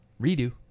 redo